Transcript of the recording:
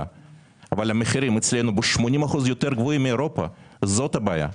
אבל המחירים אצלנו ב-80% יותר גבוהים מאירופה וזאת הבעיה.